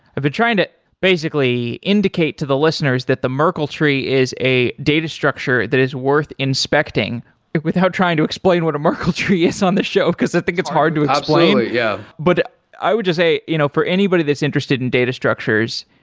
i've been trying to basically indicate to the listeners that the merkel tree is a data structure that is worth inspecting without trying to explain what merkel tree is on the show, because i think it's hard to explain absolutely. yeah but i would just say you know for anybody that's interested in data structures,